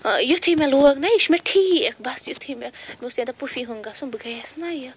ٲں یُتھُے مےٚ لوگ نا یہِ چھُ مےٚ ٹھیٖک بس یُتھُے مےٚ مےٚ اوس پوپھی ہُنٛد گژھُن بہٕ گیٚیَس نا یہِ